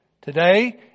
Today